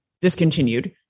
discontinued